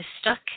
stuck